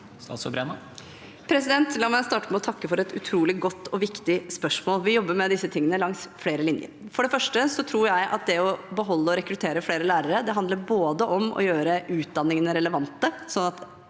La meg starte med å takke for et utrolig godt og viktig spørsmål. Vi jobber med disse tingene langs flere linjer. For det første tror jeg at det å beholde og rekruttere flere lærere handler både om å gjøre utdanningene relevante,